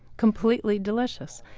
completely delicious.